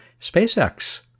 SpaceX